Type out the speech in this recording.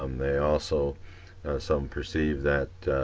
um they also some perceived that